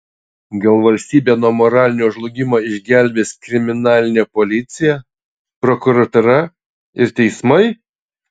gal valstybę nuo moralinio žlugimo išgelbės kriminalinė policija prokuratūra ir teismai